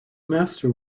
master